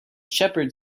shepherd